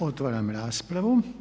Otvaram raspravu.